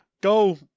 go